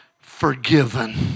forgiven